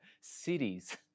cities